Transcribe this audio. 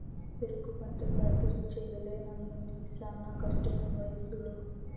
సెరుకు పంట సాకిరీ చెయ్యలేనమ్మన్నీ శానా కష్టమీవయసులో